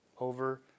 over